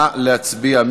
נא להצביע.